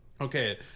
Okay